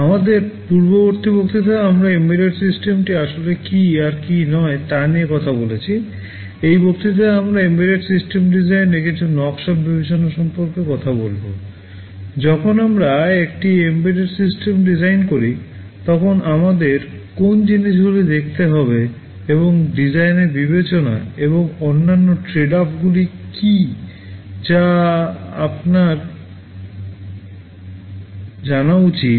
আমাদের পূর্ববর্তী বক্তৃতায় আমরা এম্বেডেড সিস্টেম গুলি কী যা আপনার জানা উচিত